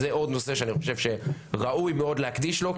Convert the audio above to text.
אז זה עוד נושא שאני חושב שראוי מאוד להקדיש לו,